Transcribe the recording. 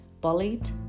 bullied